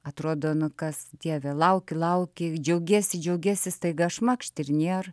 atrodo nu kas dieve lauki lauki džiaugiesi džiaugiesi staiga šmakšt ir nėr